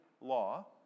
law